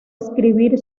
escribir